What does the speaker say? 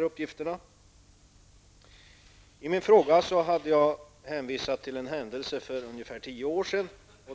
uppgifter kommenteras. I min fråga hänvisar jag till en händelse för ungefär tio år sedan.